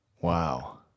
Wow